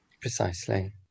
Precisely